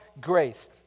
grace